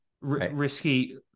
risky